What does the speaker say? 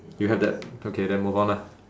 you have that okay then move on lah